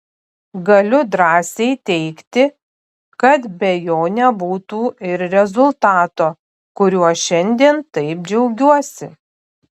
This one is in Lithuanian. galiu drąsiai teigti kad be jo nebūtų ir rezultato kuriuo šiandien taip džiaugiuosi